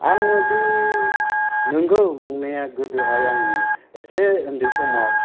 आङो बे नोंगौ नंनाया गोदोहाय आङो एसे उन्दै समाव